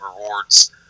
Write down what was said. rewards